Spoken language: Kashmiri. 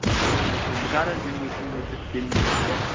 اہن حظ ڈاکٹر صٲب بہٕ کَر حظ یِمہٕ وۄنۍ تُہندِس یتھ کٔلنِکَس پٮ۪ٹھ